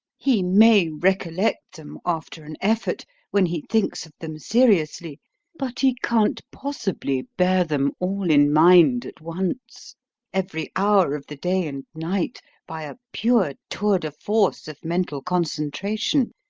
he may recollect them after an effort when he thinks of them seriously but he can't possibly bear them all in mind at once every hour of the day and night by a pure tour de force of mental concentration.